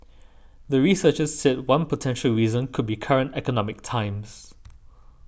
the researchers said one potential reason could be current economic times